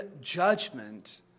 judgment